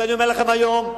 ואני אומר לכם היום,